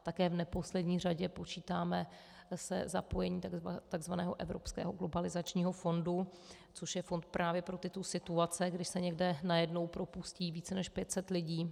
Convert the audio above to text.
Také v neposlední řadě počítáme se zapojením tzv. evropského globalizačního fondu, což je fond právě pro tyto situace, kdy se někde najednou propustí více než 500 lidí.